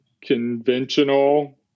conventional